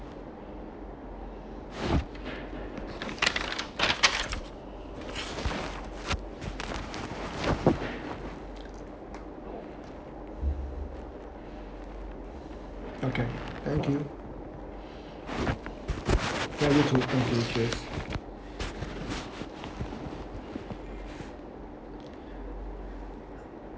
okay thank you ya you could thank you serious